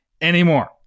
anymore